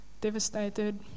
devastated